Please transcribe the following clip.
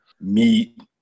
meat